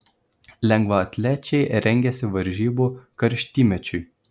lengvaatlečiai rengiasi varžybų karštymečiui